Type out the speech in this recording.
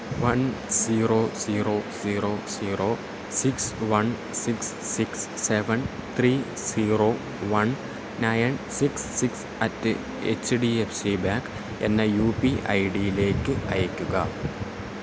one zero zero zero zero six one six six seven three zero one nine six six at H D F C bank എന്ന U P I ഡിയിലേക്ക് അയയ്ക്കുക